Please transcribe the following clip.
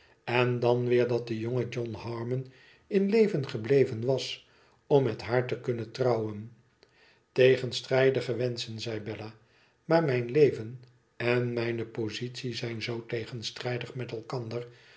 en dan weer dat de jonge john harmon in leven gebleven was om met haar te kunnen trouwen tegenstrijdige wenschen zei bella maar mijn leven en mijne positie zijn zoo tegenstrijdig met elkander